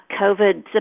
COVID